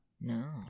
No